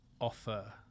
Offer